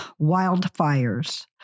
wildfires